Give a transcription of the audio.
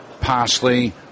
parsley